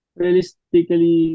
realistically